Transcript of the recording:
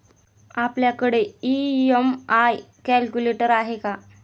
आपल्याकडे EMI calculator आहे का?